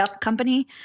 company